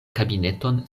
kabineton